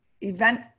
event